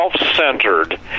self-centered